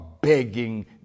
begging